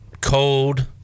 cold